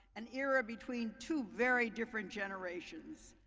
an era between two very different generations.